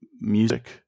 Music